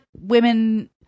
women